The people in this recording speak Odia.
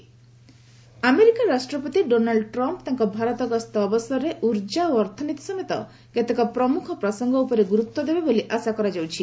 ଟ୍ରମ୍ପ ଭିକିଟ୍ ଆମେରିକା ରାଷ୍ଟ୍ରପତି ଡୋନାଲ୍ଡ ଟ୍ରମ୍ପ ତାଙ୍କ ଭାରତ ଗସ୍ତ ଅବସରରେ ଉର୍ଜା ଓ ଅର୍ଥନୀତି ସମେତ କେତେକ ପ୍ରମୁଖ ପ୍ରସଙ୍ଗ ଉପରେ ଗୁରୁତ୍ୱ ଦେବେ ବୋଲି ଆଶା କରାଯାଉଛି